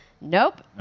Nope